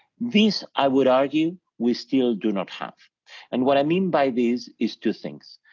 this i would argue we still do not have and what i mean by this is two things.